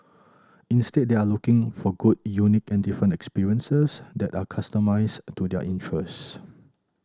instead they are looking for good unique and different experiences that are customised to their interests